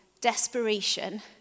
desperation